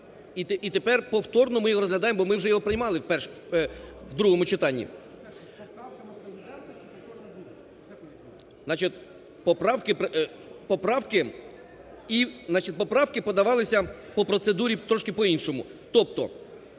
і тепер повторно ми його розглядаємо, бо ми вже його приймали в другому читанні. Поправки подавалися по процедурі трішки по-іншому.